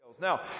Now